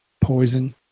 poison